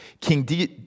King